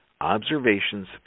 Observations